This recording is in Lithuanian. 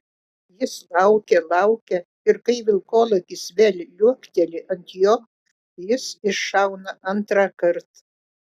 jis laukia laukia ir kai vilkolakis vėl liuokteli ant jo jis iššauna antrąkart